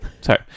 Sorry